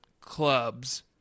Clubs